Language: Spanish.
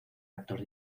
actos